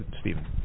Stephen